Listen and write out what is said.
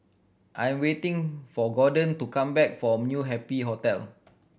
I am waiting for Gorden to come back from New Happy Hotel